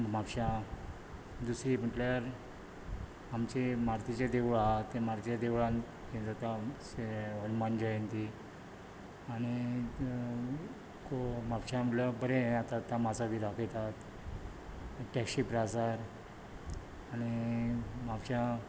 म्हापश्यां दुसरी म्हणल्यार आमचे मारूतीचें देवूळ आसा तें मारूतीचें देवळान हें जाता हनुमान जयंती आनी म्हापश्यान बरें हें तमाशे बीन दाकयतात टॅक्सी प्रासार आनी म्हापश्यान